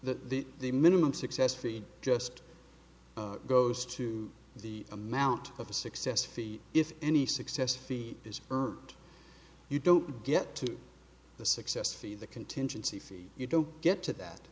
that the minimum successfully just goes to the amount of a success feat if any success feed is you don't get to the successfully the contingency fee you don't get to that